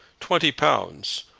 twenty pounds!